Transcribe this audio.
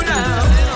now